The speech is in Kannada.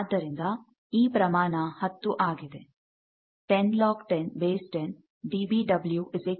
ಆದ್ದರಿಂದ ಈ ಪ್ರಮಾಣ 10 ಆಗಿದೆ